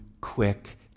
quick